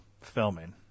filming